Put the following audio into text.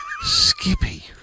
Skippy